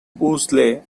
woolsey